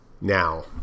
Now